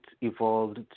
evolved